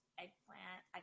eggplant